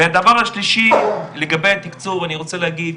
והדבר השלישי, לגבי התיקצוב, אני רוצה להגיד,